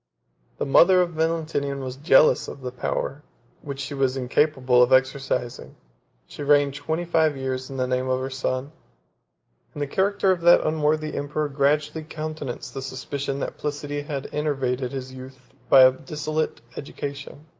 the mother of valentinian was jealous of the power which she was incapable of exercising she reigned twenty-five years, in the name of her son and the character of that unworthy emperor gradually countenanced the suspicion that placidia had enervated his youth by a dissolute education,